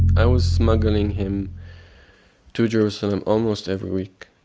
i was smuggling him to jerusalem almost every week,